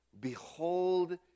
Behold